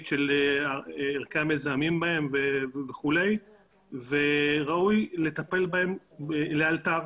של ערכי המזהמים בהם וכולי וראוי לטפל בהם לאלתר.